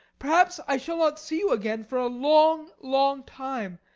perhaps i shall not see you again for a long, long time.